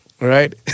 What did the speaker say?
Right